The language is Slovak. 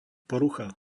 porucha